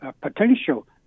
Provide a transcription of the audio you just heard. potential